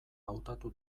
hautatu